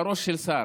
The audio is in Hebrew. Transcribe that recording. מהראש של שר,